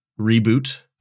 reboot